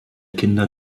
kinder